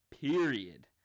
period